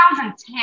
2010